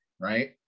right